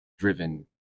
Driven